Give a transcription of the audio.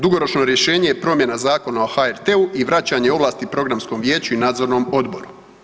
Dugoročno rješenje je promjena Zakona o HRT-u i vraćanje ovlasti Programskom vijeću i Nadzornom odboru.